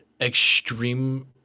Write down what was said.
Extreme